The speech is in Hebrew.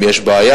אם יש בעיה,